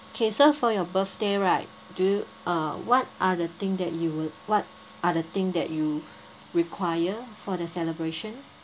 okay so for your birthday right do y~ uh what are the thing that you would what are the thing that you require for the celebration